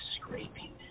scraping